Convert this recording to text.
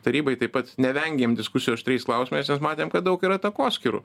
tarybai taip pat nevengėm diskusijų aštriais klausimais nes matėm kad daug yra takoskyrų